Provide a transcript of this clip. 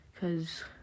Cause